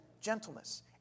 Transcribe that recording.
gentleness